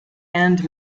and